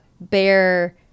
bear